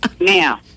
Now